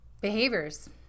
Behaviors